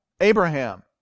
Abraham